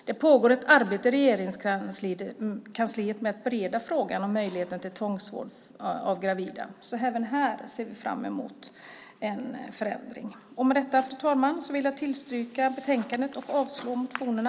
Det pågår ett arbete i Regeringskansliet med att bereda frågan om möjligheterna till tvångsvård av gravida. Så även här ser vi fram emot en förändring. Med detta, fru talman, vill jag yrka bifall till förslaget i betänkandet och avslag på motionerna.